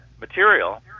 material